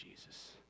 Jesus